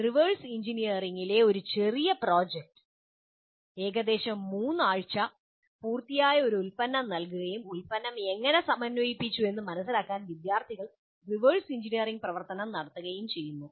reverse എഞ്ചിനീയറിംഗിലെ ഒരു ചെറിയ പ്രോജക്റ്റ് ഏകദേശം 3 ആഴ്ച പൂർത്തിയായ ഒരു ഉൽപ്പന്നം നൽകുകയും ഉൽപ്പന്നം എങ്ങനെ സമന്വയിപ്പിച്ചുവെന്ന് മനസിലാക്കാൻ വിദ്യാർത്ഥികൾ റിവേഴ്സ് എഞ്ചിനീയറിംഗ് പ്രവർത്തനങ്ങൾ നടത്തുകയും ചെയ്യുന്നു